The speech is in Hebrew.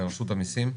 רשות המיסים.